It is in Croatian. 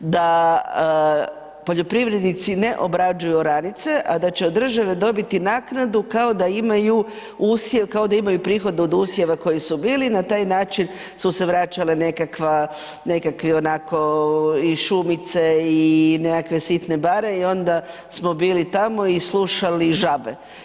Da poljoprivrednici ne obrađuju oranice, a da će od države dobiti naknadu kao da imaju usjev, kao da imaju prihode od usjeva koji su bili i na taj način su se vraćale nekakva, nekakvi onako iz šumice i nekakve sitne bare i onda smo bili tamo i slušali žabe.